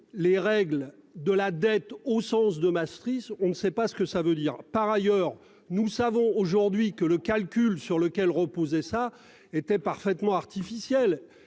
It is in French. les règles de la dette au sens de Maastricht, on ne sait pas ce que ça veut dire. Par ailleurs, nous savons aujourd'hui que le calcul sur lequel reposait ça était parfaitement artificielle